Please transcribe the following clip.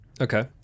Okay